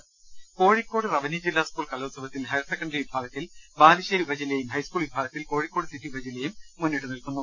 ് മ കോഴിക്കോട് റവന്യൂ ജില്ലാ സ്കൂൾ കലോത്സവത്തിൽ ഹയർ സെക്കന്ററി വിഭാഗത്തിൽ ബാലുശ്ശേരി ഉപജില്ലയും ഹൈസ്കൂൾ വിഭാഗ ത്തിൽ കോഴിക്കോട് സിറ്റി ഉപജില്ലയും മുന്നിട്ടു നിൽക്കുന്നു